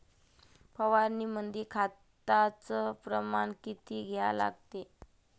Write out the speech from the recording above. फवारनीमंदी खताचं प्रमान किती घ्या लागते?